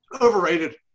Overrated